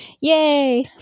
Yay